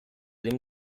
dem